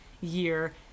year